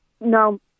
No